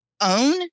own